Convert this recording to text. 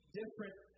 different